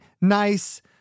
nice